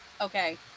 Okay